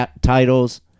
titles